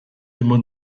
immer